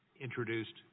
introduced